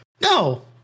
No